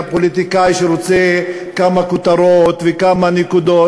הפוליטיקאי שרוצה כמה כותרות וכמה נקודות.